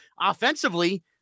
offensively